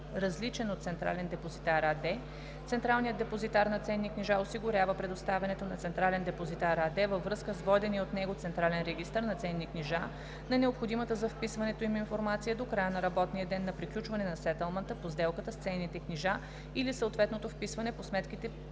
различен от „Централен депозитар“ АД, централният депозитар на ценни книжа осигурява предоставянето на „Централен депозитар“ АД във връзка с водения от него централен регистър на ценни книжа на необходимата за вписването им информация до края на работния ден на приключване на сетълмента по сделката с ценните книжа или съответното вписване по сметките